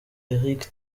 eric